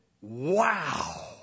wow